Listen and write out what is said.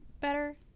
better